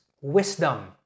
wisdom